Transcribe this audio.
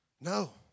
No